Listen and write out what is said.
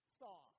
saw